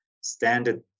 standard